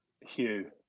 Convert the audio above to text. Hugh